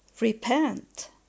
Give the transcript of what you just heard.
repent